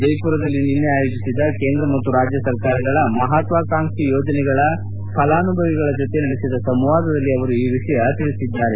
ಜೈಪುರದಲ್ಲಿ ನಿನ್ನೆ ಆಯೋಜಿಸಿದ್ದ ಕೇಂದ್ರ ಮತ್ತು ರಾಜ್ಯ ಸರ್ಕಾರಗಳ ಮಹತ್ವಾಕಾಂಕ್ಷಿ ಯೋಜನೆಗಳ ಫಲಾನುಭವಿಗಳ ಜೊತೆ ನಡೆಸಿದ ಸಂವಾದದಲ್ಲಿ ಅವರು ಈ ವಿಷಯ ತಿಳಿಸಿದ್ದಾರೆ